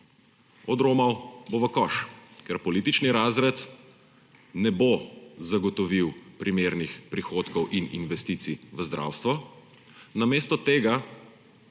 Odromal bo v koš, ker politični razred ne bo zagotovil primernih prihodkov in investicij v zdravstvo. Namesto tega